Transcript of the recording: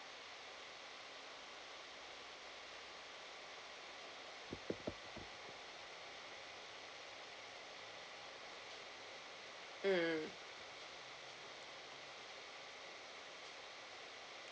mm